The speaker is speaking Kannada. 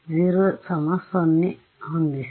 y0 0 ಹೊಂದಿಸಿ